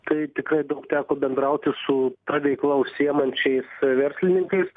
tai tikrai daug teko bendrauti su ta veikla užsiimančiais verslininkais